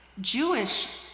jewish